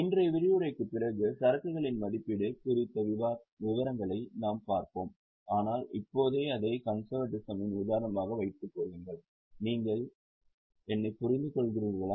இன்றைய விரிவுரைக்கு பிறகு சரக்குகளின் மதிப்பீடு குறித்த விவரங்களை நாம் பார்ப்போம் ஆனால் இப்போதே அதை கன்செர்வேட்டிசாமின் உதாரணமாக வைத்துக் கொள்ளுங்கள் நீங்கள் என்னைப் புரிந்து கொள்கிரீர்களா